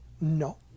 No